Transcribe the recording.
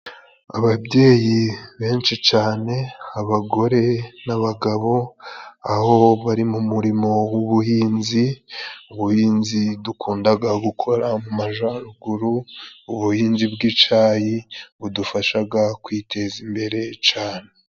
Ababyeyi benshi cane abagore n'abagabo aho bari mu murimo w'ubuhinzi, ubuhinzi dukundaga gukora mu majaruguru ubuhinzi bw'icayi budufashaga kwiteza imbere cane.